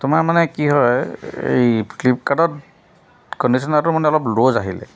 তোমাৰ মানে কি হয় এই ফ্লিপকাৰ্টত কণ্ডিশ্যনাৰটো মানে অলপ লুজ আহিলে